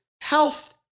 health